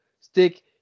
stick